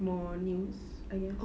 more news I mean